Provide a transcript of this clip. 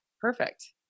perfect